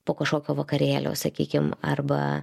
po kažkokio vakarėlio sakykim arba